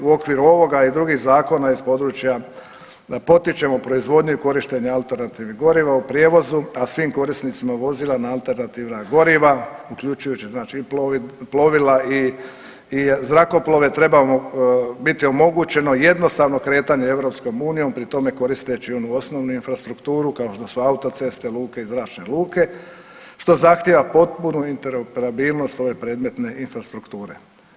U okviru ovoga i drugih zakona iz područja da potičemo proizvodnju i korištenje alternativnih goriva u prijevoz, a svim korisnicima vozila na alternativna goriva uključujući znači i plovila i zrakoplove trebamo biti omogućeno jednostavno kretanje EU pri tome koristeći onu osnovnu infrastrukturu kao što su autoceste, luke i zračne luke što zahtjeva potpunu interoperabilnost ove predmetne infrastrukture.